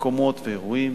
מקומות ואירועים.